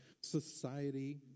society